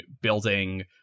building